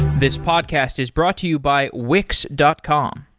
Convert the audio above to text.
this podcast is brought to you by wix dot com.